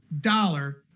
dollar